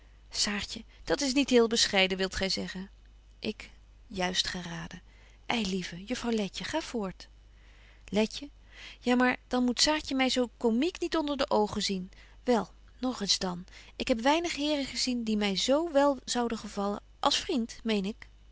saartje dat is niet heel bescheiden wilt gy zeggen ik juist geraden ei lieve juffrouw letje ga voort letje ja maar dan moet saartje my zo comieq niet onder de oogen zien wel nog eens dan ik heb weinig heren gezien die my zo wel zouden gevallen als vriend meen ik